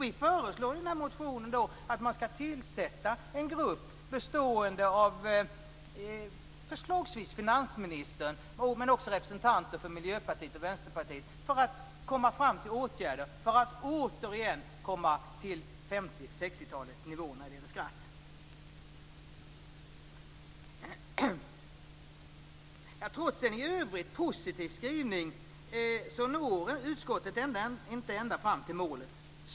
Vi föreslår i motionen att man skall tillsätta en grupp, förslagsvis bestående av finansministern och representanter för Miljöpartiet och Vänsterpartiet, som skall komma fram till åtgärder för att vi återigen skall komma till 50 och 60-talets nivå när det gäller skratt. Trots en i övrigt positiv skrivning når utskottet inte ända fram till målet.